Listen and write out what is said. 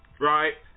right